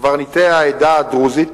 קברניטי העדה הדרוזית,